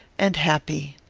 and happy.